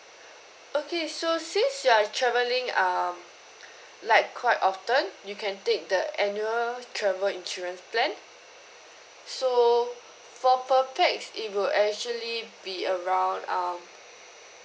okay so since you are travelling um like quite often you can take the annual travel insurance plan so for per pax it will actually be around um